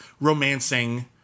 romancing